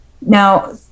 Now